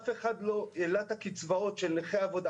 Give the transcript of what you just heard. אף אחד לא העלה את הקצבאות של נכי עבודה.